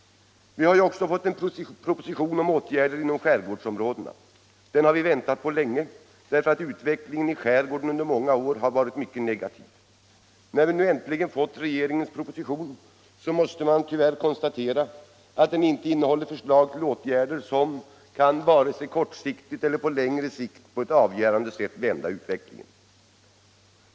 Vi har ju också fått en proposition om åtgärder inom skärgårdsområdena. Den har vi väntat på länge, därför att utvecklingen i skärgården under många år har varit mycket negativ. När vi nu äntligen fått regeringens proposition måste man tyvärr konstatera att den inte innehåller förslag till åtgärder som kan, vare sig kortsiktigt eller på längre sikt, på ett avgörande sätt vända utvecklingen.